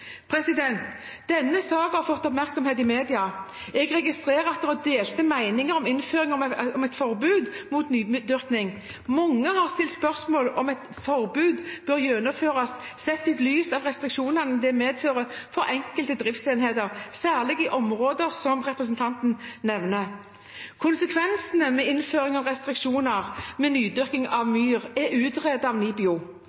Denne saken har fått oppmerksomhet i media. Jeg registrerer at det er delte meninger om innføring av et forbud mot nydyrking. Mange har stilt spørsmål ved om et forbud bør gjennomføres, sett i lys av restriksjonene det medfører for enkelte driftsenheter – særlig i områdene som representanten nevner. Konsekvensene ved innføring av restriksjoner ved nydyrking av